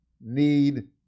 need